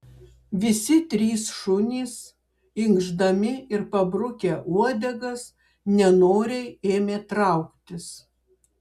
visi trys šunys inkšdami ir pabrukę uodegas nenoriai ėmė trauktis